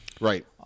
Right